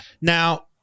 now